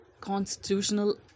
Constitutional